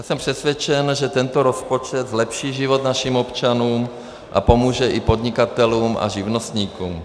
Jsem přesvědčen, že tento rozpočet zlepší život našim občanům a pomůže i podnikatelům a živnostníkům.